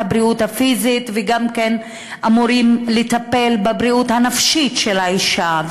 הבריאות הפיזית אלא אמורים לטפל גם בבריאות הנפשית של האישה.